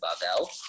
Babel